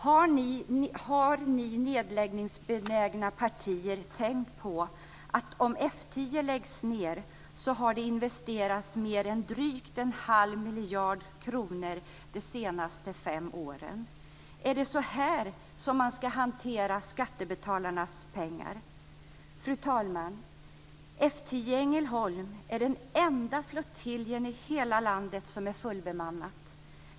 Har ni nedläggningsbenägna partier tänkt på, att om F 10 läggs ned så har det investerats mer än drygt en halv miljard kronor de senaste fem åren? Är det så här man ska hantera skattebetalarnas pengar? Fru talman! F 10 i Ängelholm är den enda flottiljen i hela landet som är fullbemannad.